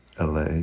LA